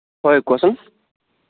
হয় কোৱাচোন